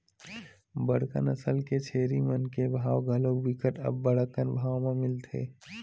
बड़का नसल के छेरी मन के भाव घलोक बिकट अब्बड़ अकन भाव म मिलथे